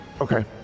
Okay